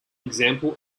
example